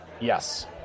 Yes